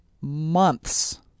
months